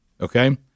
Okay